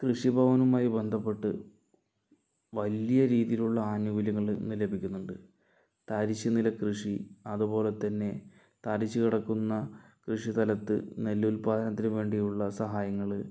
കൃഷിഭവനുമായി ബന്ധപ്പെട്ട് വലിയ രീതിയിലുള്ള ആനുകൂല്യങ്ങൾ ഇന്ന് ലഭിക്കുന്നുണ്ട് തരിശുനില കൃഷി അതുപോലെ തന്നെ തരിച്ച് കിടക്കുന്ന കൃഷി സ്ഥലത്ത് നെല്ല് ഉൽപാദനത്തിന് വേണ്ടിയുള്ള സഹായങ്ങള്